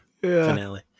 finale